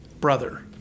brother